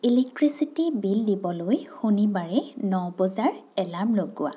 electricity bill দিবলৈ শনিবাৰে ন বজাৰ এলাৰ্ম লগোৱা